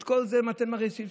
את כל זה אתם שיניתם,